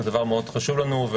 זה מאוד חשוב לנו.